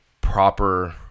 proper